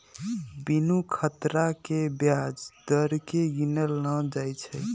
बिनु खतरा के ब्याज दर केँ गिनल न जाइ छइ